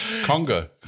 Congo